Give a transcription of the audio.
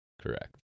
Correct